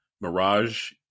Mirage